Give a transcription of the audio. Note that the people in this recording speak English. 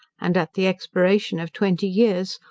and at the expiration of twenty years,